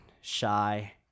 shy